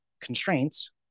constraints